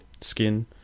skin